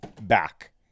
back